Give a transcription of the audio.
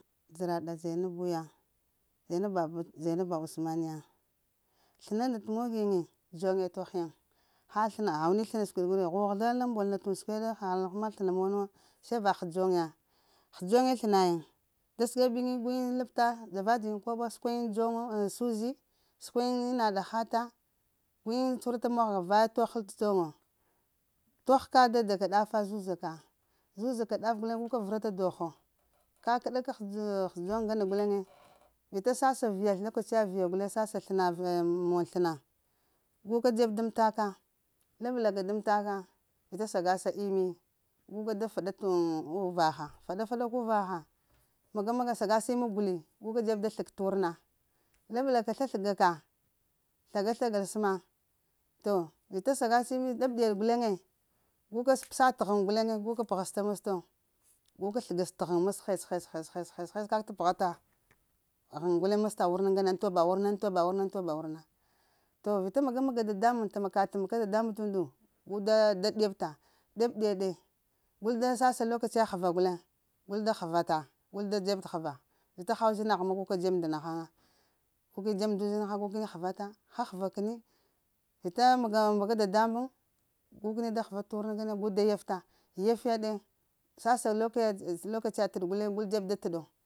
Zəraɗa ɗa zainabu ya, zainabu wa bach, zainabuwa usman ya, sləŋgu, nnda t'mog yiŋ, dzoŋŋno togh yiŋ, ha sləna, haha sləna haha sləna siɗ ghughəzla lambol na t'und səkweɗe ha həma sləna mundu wo se ghə dzoŋ ya ghə dzoŋo slənayin t'skeb yiŋi gu yiŋ labta, dzava dza yiŋ koɓo guyin səkwa t dzoŋo ŋ suzi səkwayin ina da hata, gu yin cuhurata mahga vaye tghəl t'dzoŋo, togh ka dada ka ɗafa zuzaka, zuzaka daf guleŋ guka vəra ta ɗogho kakəɗa ka hə dzoŋ ngane guleŋe. Vita sasa viya lokaciya viya guleŋ sasa sləna mon sləna gu ka dzeb daŋ m'taka labla ka daŋ mtaka vita saga sa imi guka da faɗa m uraha vita faɗa-faɗa ka uvaha, maga maga sagaa ima guli, guka dzeb da sləg t'wurna. Labla ka slasləga ka, slaga slagal səma to vita sagasa ini ɗab-ɗiyaɗ guleŋ gu ka psa t'ghən guleŋe guka pəghəsta məsto, guka sləgəs t'ghən məst hes-hes-hes-hes-hes-hes-kak ta pəghata, ghən guleŋ məsta wurna ŋ toba wurna, to vita maga-maga dadamuŋ vita tam ka ɗa tamka dadamuŋ t'undu guda guda ɗiyabta ɗab-ɗiyaɗe gul da sasa lokacin ya həva gulen gul da həvata gul da dzeb həva vita haha uzinagh ma gu ka dzeb nda na ghaŋa gu kəni dzəb nda uzinha gu kəni həvata, hahəva va kəni, vita ta ma ka ta maka dada muŋ, gu kəni da həva t'wurna ngone gu da yafta, yafya ɗe sasa lokat lokaciya t'əɗ gulleŋ gul dzeb da təɗo.